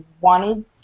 wanted